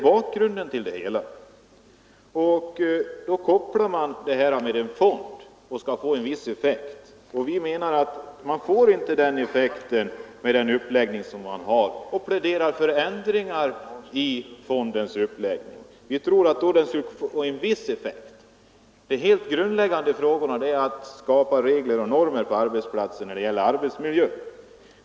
Man kopplar samman förslaget med en fond för att nå en viss effekt. Vi menar att man inte får den effekten med den uppläggning som man har, och vi pläderar för ändringar i fondens uppläggning, eftersom vi tror att fonden då skulle få en viss effekt. Det grundläggande är att skapa regler och normer på arbetsplatserna när det gäller arbetsmiljön.